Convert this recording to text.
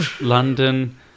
London